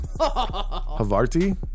Havarti